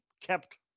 kept